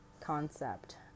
concept